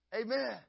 Amen